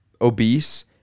obese